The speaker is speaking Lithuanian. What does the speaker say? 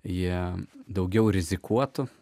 jie daugiau rizikuotų